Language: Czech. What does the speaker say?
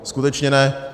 Skutečně ne.